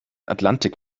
atlantik